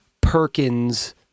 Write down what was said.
Perkins